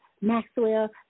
Maxwell